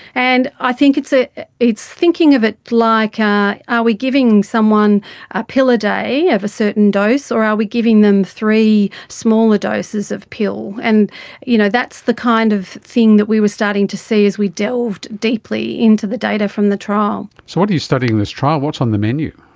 and i think it's ah it's thinking of it like ah are we giving someone a pill a day of a certain dose, or are we giving them three smaller doses of pill. and you know that's the kind of thing that we were starting to see as we delved deeply into the data from the trial. so what are you studying in this trial, what's on the menu?